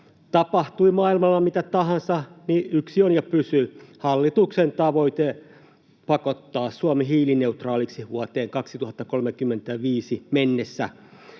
Tapahtui maailmalla mitä tahansa, yksi on ja pysyy: hallituksen tavoite pakottaa Suomi hiilineutraaliksi vuoteen 2035 mennessä.